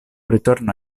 ritorna